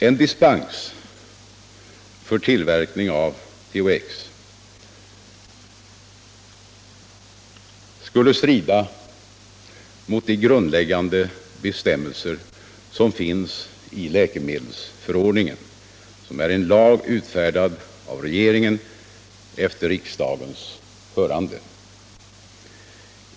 En dispens för tillverkning av THX skulle strida mot de grundläggande bestämmelser som finns i läkemedelsförordningen, som är en lag utfärdad av regeringen efter riksdagens hörande.